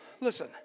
Listen